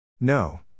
No